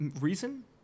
reason